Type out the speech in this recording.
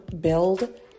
build